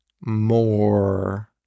more